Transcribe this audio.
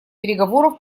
переговоров